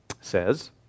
says